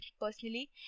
personally